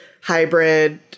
hybrid